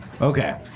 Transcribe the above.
Okay